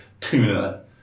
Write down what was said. tuna